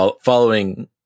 following